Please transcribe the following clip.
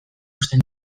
uzten